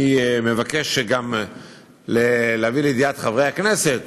אני גם מבקש להביא לידיעת חברי הכנסת